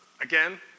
Again